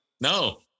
No